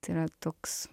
tai yra toks